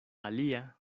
alia